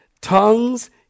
Tongues